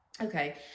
Okay